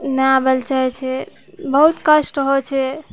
नहि आबय लए चाहै छै बहुत कष्ट होइ छै